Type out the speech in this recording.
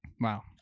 wow